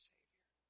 Savior